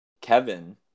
Kevin